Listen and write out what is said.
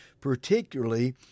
particularly